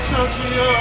Tokyo